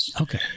Okay